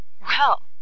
Well